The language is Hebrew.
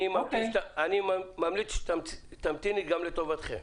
אני ממליץ שתמתיני, גם לטובתכם.